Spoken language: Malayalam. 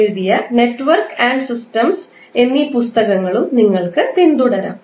എഴുതിയ 'Network and Systems' എന്നീ പുസ്തകങ്ങളും നിങ്ങൾക്ക് പിന്തുടരാം